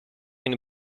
une